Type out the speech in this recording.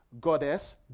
goddess